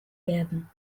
werden